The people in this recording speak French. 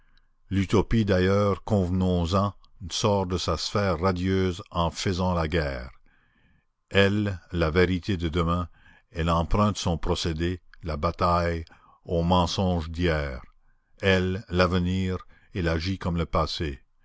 l'utopie d'ailleurs convenons en sort de sa sphère radieuse en faisant la guerre elle la vérité de demain elle emprunte son procédé la bataille au mensonge d'hier elle l'avenir elle agit comme le passé